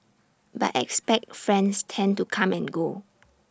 but expat friends tend to come and go